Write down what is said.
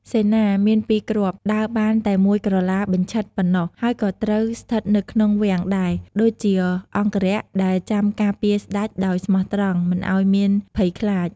សេនា មានពីរគ្រាប់ ដើរបានតែមួយក្រឡាបញ្ឆិតប៉ុណ្ណោះ ហើយក៏ត្រូវស្ថិតនៅក្នុង វាំង ដែរ ដូចជាអង្គរក្សដែលចាំការពារស្តេចដោយស្មោះត្រង់មិនឱ្យមានភ័យខ្លាច។